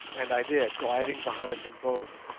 and i did, gliding behind them both.